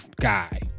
guy